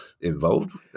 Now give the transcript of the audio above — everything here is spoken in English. involved